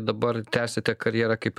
dabar tęsiate karjerą kaip